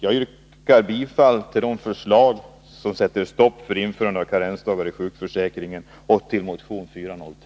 Jag yrkar bifall till de förslag som sätter stopp för införandet av karensdagar i sjukförsäkringen och till motion 403.